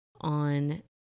on